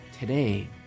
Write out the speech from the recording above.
Today